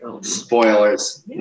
spoilers